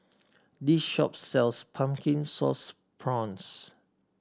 this shop sells Pumpkin Sauce Prawns